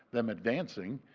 then advancing.